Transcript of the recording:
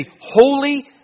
holy